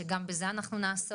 שגם בזה נעסוק.